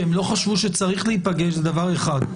כי הם לא חשבו שצריך להיפגש - זה דבר אחד,